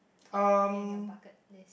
top three in your bucket list